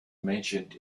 mentioned